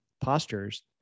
postures